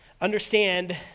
Understand